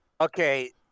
Okay